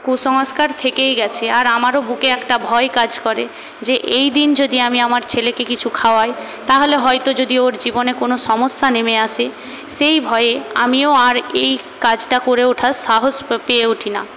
কুসংস্কার থেকেই গেছে আর আমারও বুকে একটা ভয় কাজ করে যে এইদিন যদি আমি আমার ছেলেকে কিছু খাওয়াই তাহলে হয়ত যদি ওর জীবনে কোনো সমস্যা নেমে আসে সেই ভয়ে আমিও আর এই কাজটা করে ওঠার সাহস পেয়ে উঠি না